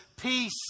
Peace